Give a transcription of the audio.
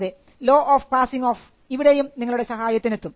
അതെ law of passing off ഇവിടെയും നിങ്ങളുടെ സഹായത്തിന് എത്തും